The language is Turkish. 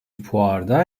fuarda